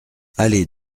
allée